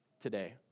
today